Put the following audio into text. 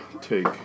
take